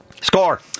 Score